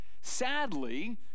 Sadly